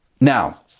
Now